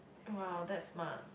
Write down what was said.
!wow! that's smart